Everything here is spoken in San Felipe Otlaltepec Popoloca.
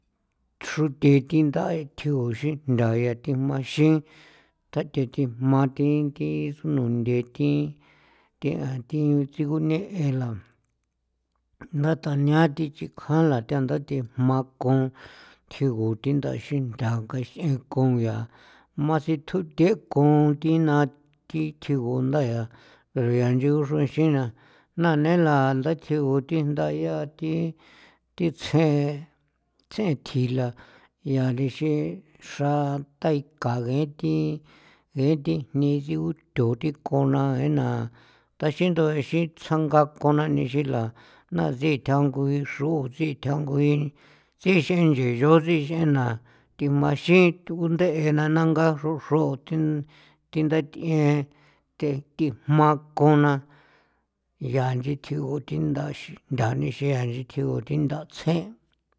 Xruthi thinda thjue xijntha yaa thi jmanxin tathethijma thi thi xro nunthe thi thi ian thi chigune'e la ndatania thi chikjan lanthanda thi jma kon thjigu thi nda xinthja kax'en kon ya masitju' the kon thi na thji tjigunda yaa aro ncho xra xi na nela nda thjigu thijnda yaa thi thi tsjen tsjeen thjila yaa rexin xra tai ka ngee thi gee thi jni tsigutho thinkona ee na taxindo a xin tsjanga kona nixila nasiithja ngui xro sithja ngui tsixin nche nchoo thixreena thimaxin thu'u nde'ena na nga xroxro thi thi nda th'ien thethijma kona nyaa nchi o tjigu thi nda sijntha nixi ian nchi thjigu thinda tsjen'.